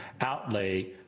outlay